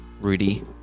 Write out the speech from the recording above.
Rudy